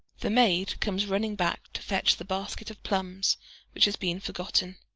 the maid comes running back to fetch the basket of plums which has been forgotten.